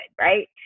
right